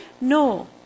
No